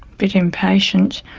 bit impatient.